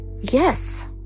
Yes